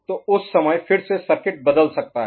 तो उस समय फिर से सर्किट बदल सकता है